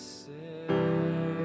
say